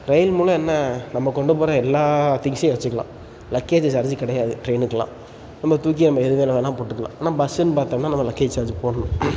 ரயில் மூலம் என்ன நம்ம கொண்டு போகிற எல்லா திங்ஸ்ஸையும் வச்சிக்கலாம் லக்கேஜு சார்ஜு கிடையாது ட்ரெயினுக்குலாம் நம்ம தூக்கி நம்ம எது மேல் வேணால் போட்டுக்கலாம் ஆனால் பஸ்ஸுன்னு பார்த்தோம்னா நம்ம லக்கேஜ் சார்ஜு போடணும்